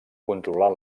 controlar